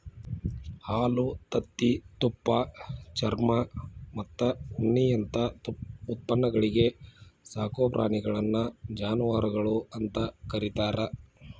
ಹಾಲು, ತತ್ತಿ, ತುಪ್ಪ, ಚರ್ಮಮತ್ತ ಉಣ್ಣಿಯಂತ ಉತ್ಪನ್ನಗಳಿಗೆ ಸಾಕೋ ಪ್ರಾಣಿಗಳನ್ನ ಜಾನವಾರಗಳು ಅಂತ ಕರೇತಾರ